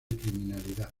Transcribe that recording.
criminalidad